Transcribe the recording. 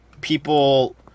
people